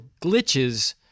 glitches